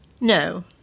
No